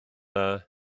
dda